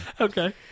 Okay